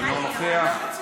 אינו נוכח.